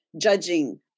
judging